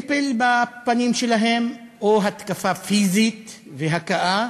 פלפל בפנים שלהם או התקפה פיזית והכאה,